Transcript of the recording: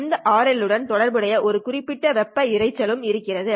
அந்த RL உடன் தொடர்புடைய ஒரு குறிப்பிட்ட வெப்ப இரைச்சலும் இருக்கிறது